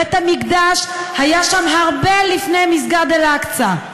ובית-המקדש היה שם הרבה לפני מסגד אל-אקצא.